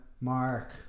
Mark